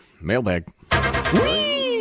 Mailbag